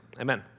amen